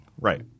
Right